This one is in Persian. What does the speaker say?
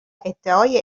ادعای